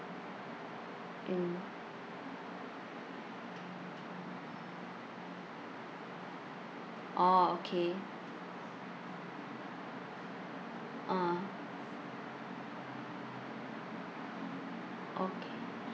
mm orh okay ah okay